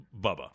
Bubba